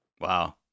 Wow